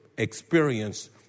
experience